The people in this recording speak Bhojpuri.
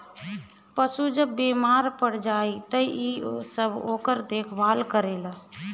पशु जब बेमार पड़ जाए त इ सब ओकर देखभाल करेल